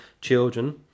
children